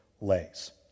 lays